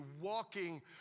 walking